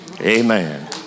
Amen